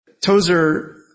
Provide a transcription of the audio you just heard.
Tozer